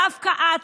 דווקא לך,